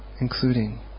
Including